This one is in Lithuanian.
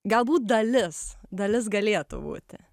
galbūt dalis dalis galėtų būti